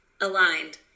Aligned